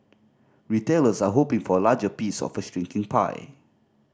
retailers are hoping for a larger piece of a shrinking pie